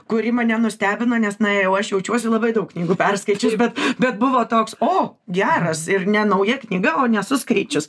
kuri mane nustebino nes na jau aš jaučiuosi labai daug knygų perskaičius bet bet buvo toks o geras ir ne nauja knyga o nesu skaičius